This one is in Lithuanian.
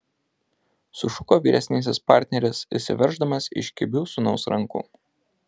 sušuko vyresnysis partneris išsiverždamas iš kibių sūnaus rankų